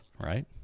right